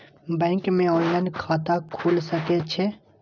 Bank में online खाता खुल सके छे?